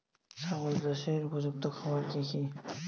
ছাগল চাষের উপযুক্ত খাবার কি কি?